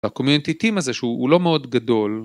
הקומיינטיטים הזה שהוא לא מאוד גדול